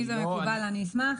אם זה מקובל אשמח.